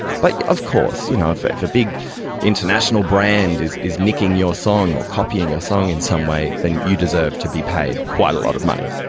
but of course, you know if if a big international brand is is nicking your song or copying your song in some way, then you deserve to be paid quite a lot of money.